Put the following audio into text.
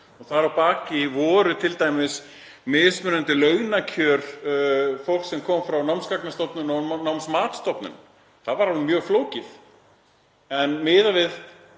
Þar að baki voru t.d. mismunandi launakjör fólks sem kom frá Námsgagnastofnun og Námsmatsstofnun, það var alveg mjög flókið. En miðað við